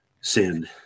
sin